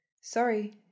Sorry